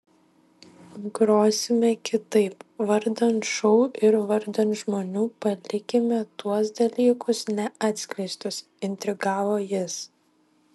grosime kitaip vardan šou ir vardan žmonių palikime tuos dalykus neatskleistus intrigavo jis